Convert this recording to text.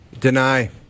Deny